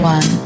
One